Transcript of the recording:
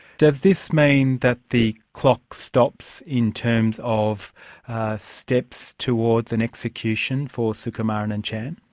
does this mean that the clock stops in terms of steps towards an execution for sukumaran and chan?